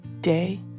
day